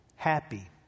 happy